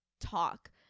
talk